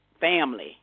family